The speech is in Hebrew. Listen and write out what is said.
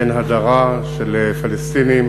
ואין הדרה של פלסטינים